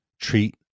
treat